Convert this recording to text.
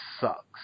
sucks